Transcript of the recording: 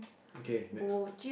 okay next